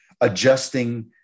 adjusting